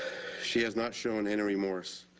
she has not shown any remorse.